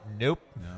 Nope